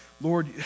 Lord